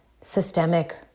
systemic